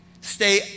stay